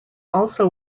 also